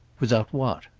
without what?